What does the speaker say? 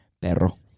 Perro